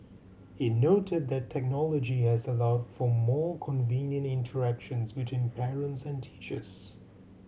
it noted that technology has allowed for more convenient interactions between parents and teachers